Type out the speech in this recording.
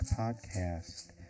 podcast